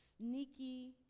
sneaky